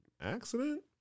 accident